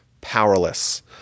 powerless